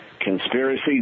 Conspiracy